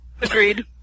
Agreed